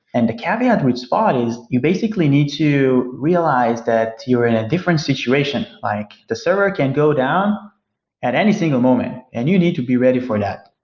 and the caveat with spot is you basically need to realize that you're in a different situation. like the server can go down at any single moment and you need to be ready for that.